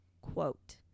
quote